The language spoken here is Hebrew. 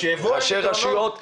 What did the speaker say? ראשי רשויות.